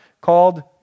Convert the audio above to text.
called